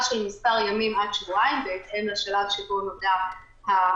של כמה ימים עד שבועיים בהתאם לשלב שבו נודע הסיכון,